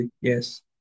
Yes